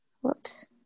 whoops